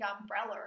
umbrella